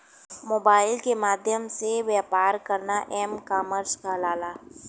mobile के माध्यम से व्यापार करना एम कॉमर्स कहलाला